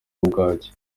bwaki